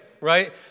right